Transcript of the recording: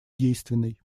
действенной